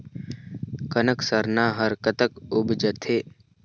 कनक सरना हर कतक उपजथे?